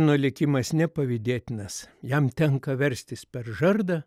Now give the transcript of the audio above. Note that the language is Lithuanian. nu likimas nepavydėtinas jam tenka verstis per žardą